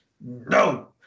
no